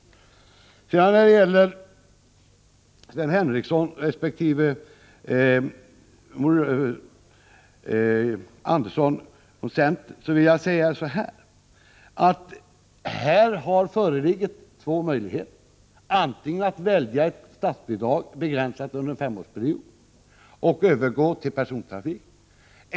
Till Sven Henricsson och Gösta Andersson vill jag säga att här föreligger två alternativ. Antingen väljer man statsbidrag begränsat under en femårsperiod och övergår till busstrafik.